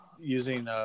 using